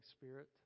spirit